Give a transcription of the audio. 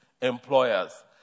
employers